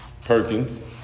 Perkins